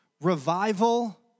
revival